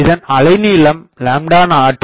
இதன் அலைநீளம் 0 3